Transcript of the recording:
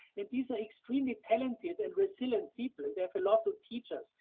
and these are extremely talented and resilient people, and they have a lot to teach us.